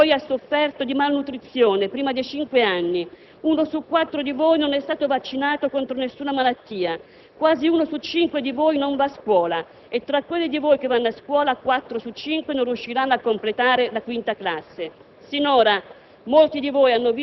Uno su tre di voi ha sofferto di malnutrizione prima dei cinque anni. Uno su quattro di voi non è stato vaccinato contro nessuna malattia. Quasi uno su cinque di voi non va a scuola; e tra quelli di voi che vanno a scuola quattro su cinque non riusciranno a completare la quinta classe.